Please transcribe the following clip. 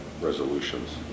resolutions